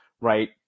right